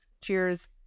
cheers